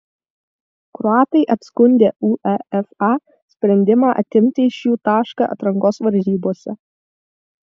kroatai apskundė uefa sprendimą atimti iš jų tašką atrankos varžybose